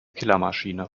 killermaschine